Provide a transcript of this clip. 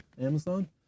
Amazon